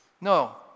No